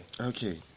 Okay